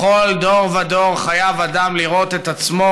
בכל דור ודור חייב אדם לראות את עצמו